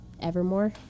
Evermore